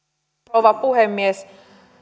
rouva puhemies